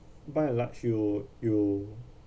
by large you you